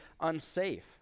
unsafe